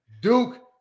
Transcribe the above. Duke